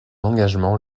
engagement